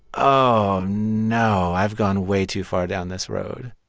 oh, no, i've gone way too far down this road?